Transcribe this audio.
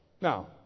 Now